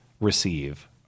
receive